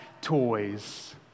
toys